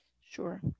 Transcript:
Sure